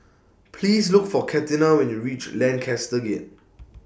Please Look For Katina when YOU REACH Lancaster Gate